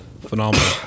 Phenomenal